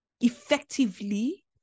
effectively